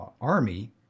army